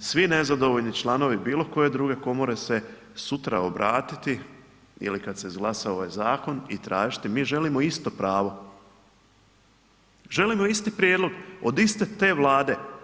svi nezadovoljni članovi bilokoje druge komore se sutra obratiti ili kad se izglasa ovaj zakon i tražiti mi želimo isto pravo, želimo isti prijedlog od iste te Vlade.